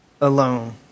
alone